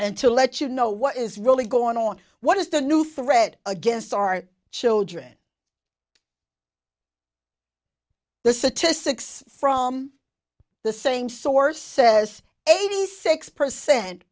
and to let you know what is really going on what is the new threat against our children the citrus six from the same source says eighty six percent